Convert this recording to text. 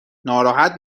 ناراحت